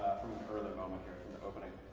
from an earlier moment here,